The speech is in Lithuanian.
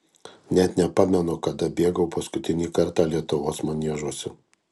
net nepamenu kada bėgau paskutinį kartą lietuvos maniežuose